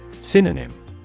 Synonym